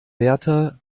wärter